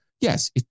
yes